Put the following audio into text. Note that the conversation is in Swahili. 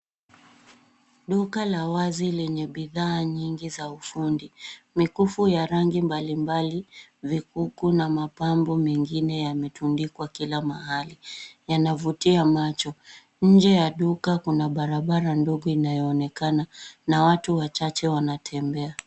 Duka la wazi lenye bidhaa nyingi za ufundi. Mikufu ya rangi mbalimbali, vikuku na mapambo mengine yametundikwa kila mahali. Yanavutia macho. Nje ya duka kuna barabara ndogo inayoonekana na watu wachache wanatembea.